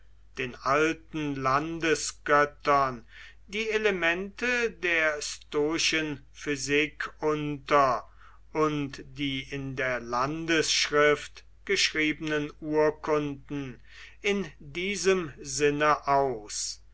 den alten landesgöttern die elemente der stoischen physik unter und die in der landesschrift geschriebenen urkunden in diesem sinne aus